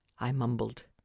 i mumbled.